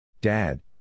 Dad